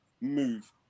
move